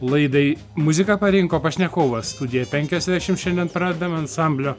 laidai muziką parinko pašnekovas studiją penkiasdešim šiandien pradedam ansamblio